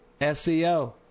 SEO